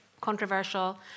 controversial